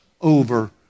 over